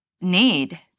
need